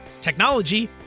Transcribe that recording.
technology